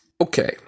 okay